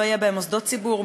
לא יהיו בהם מוסדות ציבור,